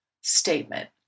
statement